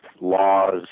laws